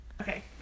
Okay